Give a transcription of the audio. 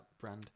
brand